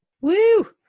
Woo